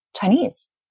Chinese